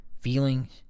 feelings